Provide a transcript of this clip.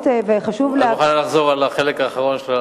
את מוכנה לחזור על החלק האחרון?